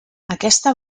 aquesta